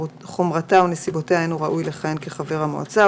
חומרתה או נסיבותיה אין הוא ראוי לכהן כחבר המועצה,